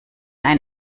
ein